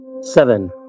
Seven